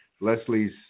Leslie's